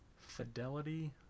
Fidelity